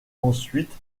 ensuite